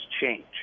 change